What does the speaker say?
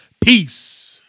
Peace